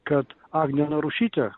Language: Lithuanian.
kad agnė narušytė